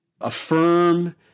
affirm